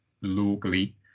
locally